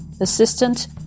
assistant